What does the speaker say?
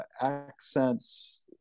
accents